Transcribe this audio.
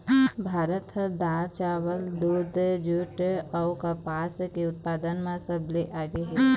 भारत ह दार, चाउर, दूद, जूट अऊ कपास के उत्पादन म सबले आगे हे